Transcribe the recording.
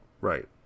Right